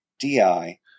DI